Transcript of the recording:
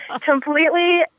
completely